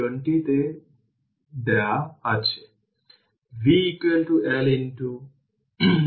এটি w C1 0 half C1 v C1 0 2 তবে সমস্ত ভ্যালু 40 মাইক্রো জুল পাবে